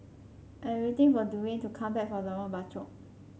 I'm waiting for Duwayne to come back from Lorong Bachok